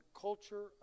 culture